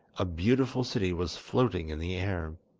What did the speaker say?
a beautiful city was floating in the air.